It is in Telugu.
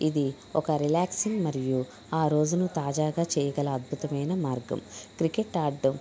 ఇది ఒక రిల్యాక్సింగ్ మరియు ఆ రోజును తాజాగా చేయగల అద్భుతమైన మార్గం క్రికెట్ ఆడడం